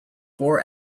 four